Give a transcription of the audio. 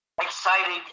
Exciting